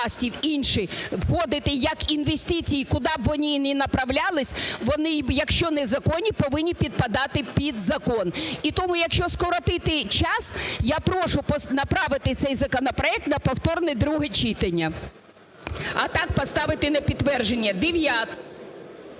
А так поставити на підтвердження